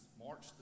March